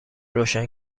روشن